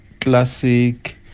classic